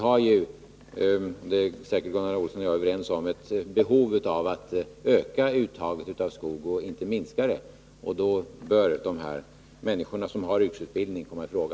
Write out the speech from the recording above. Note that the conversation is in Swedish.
Som säkert Gunnar Olsson och jag är överens om har vi ett behov av att öka uttaget av skog, inte att minska det, och då bör de här människorna som har yrkesutbildning komma i fråga.